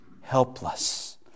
helpless